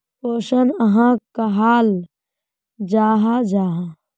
पोषण कहाक कहाल जाहा जाहा?